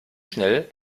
schnell